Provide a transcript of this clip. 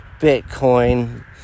Bitcoin